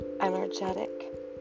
energetic